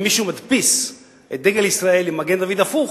אם מישהו מדפיס את דגל ישראל עם מגן-דוד הפוך,